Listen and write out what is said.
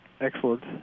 Excellent